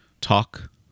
talk